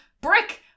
brick